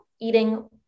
eating